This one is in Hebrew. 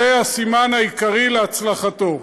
זה הסימן העיקרי להצלחתו.